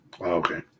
Okay